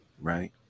right